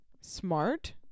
smart